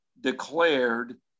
declared